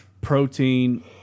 protein